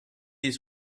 his